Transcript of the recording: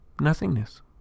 nothingness